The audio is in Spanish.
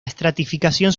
estratificación